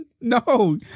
No